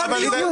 בדיוק.